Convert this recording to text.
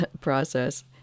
process